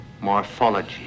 Morphology